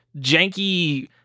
janky